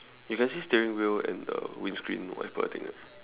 you can see steering wheel and the windscreen wiper thing right